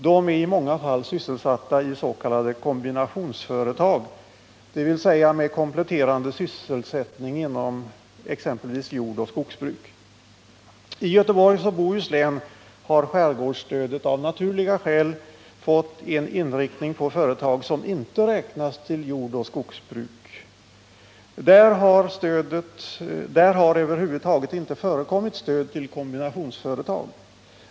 De är i många fall sysselsatta i s.k. kombinationsföretag, dvs. med kompletterande sysselsättning inom exempelvis jordoch skogsbruk. I Göteborgs och Bohus län har skärgårdsstödet av naturliga skäl fått en inriktning på företag som inte räknas till jordoch skogsbruket. Där har över huvud taget inte förekommit stöd till kombinationsföretag.